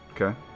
Okay